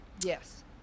Yes